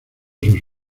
sus